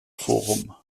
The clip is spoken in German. forum